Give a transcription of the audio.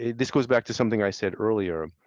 this goes back to something i said earlier.